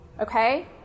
Okay